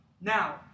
Now